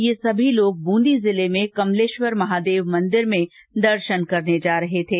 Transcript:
ये सभी लोग बुंदी जिले में कमलेश्वर महादेव मंदिर में दर्शन करने जा रहे थे